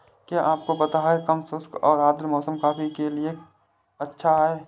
क्या आपको पता है कम शुष्क और आद्र मौसम कॉफ़ी की खेती के लिए अच्छा है?